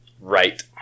Right